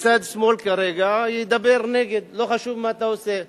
בצד שמאל כרגע ידבר נגד, לא חשוב מה אתה עושה.